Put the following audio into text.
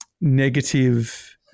negative